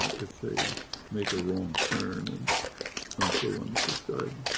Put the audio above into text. ah if they make a wrong turn and don't go on the prescribed